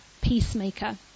peacemaker